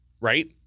right